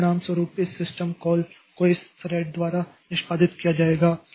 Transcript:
तो परिणामस्वरूप इस सिस्टम कॉल को इस थ्रेड द्वारा निष्पादित किया जाएगा